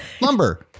lumber